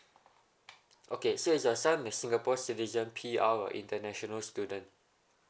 okay so is your son the singapore citizen P_R or international student